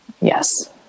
Yes